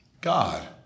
God